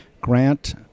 grant